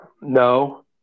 No